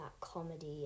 comedy